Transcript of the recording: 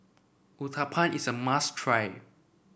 Uthapam is a must try